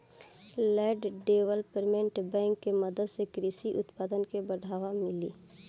land development bank के मदद से कृषि उत्पादन के बढ़ावा मिली